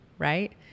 right